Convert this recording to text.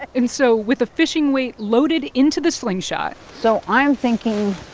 and so with a fishing weight loaded into the slingshot. so i'm thinking